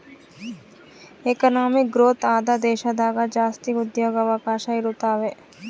economic growth ಆದ ದೇಶದಾಗ ಜಾಸ್ತಿ ಉದ್ಯೋಗವಕಾಶ ಇರುತಾವೆ